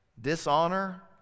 dishonor